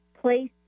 place